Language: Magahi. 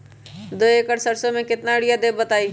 दो एकड़ सरसो म केतना यूरिया देब बताई?